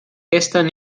gestern